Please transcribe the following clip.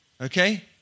Okay